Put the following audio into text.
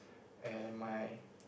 and my